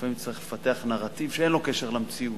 שלפעמים צריך לפתח נרטיב שאין לו קשר למציאות.